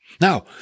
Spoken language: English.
Now